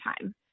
time